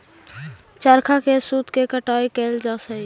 चरखा से सूत के कटाई कैइल जा हलई